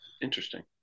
Interesting